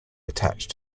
attached